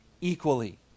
equally